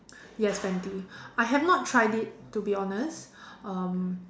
yes fenty I have not tried it to be honest um